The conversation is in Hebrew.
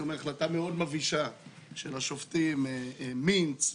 החלטה מאוד מבישה של השופטים מינץ,